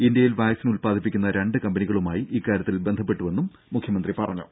ഇന്ത്യയിൽ വാക്സിൻ ഉൽപ്പാദിപ്പിക്കുന്ന രണ്ടു കമ്പനികളുമായി ഇക്കാര്യത്തിൽ ബന്ധപ്പെട്ടുവെന്നും മുഖ്യമന്ത്രി പറഞ്ഞു